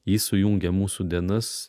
jis sujungia mūsų dienas